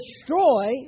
destroy